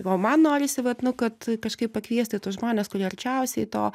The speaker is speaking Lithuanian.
o man norisi vat nu kad kažkaip pakviesti tuos žmones kurie arčiausiai to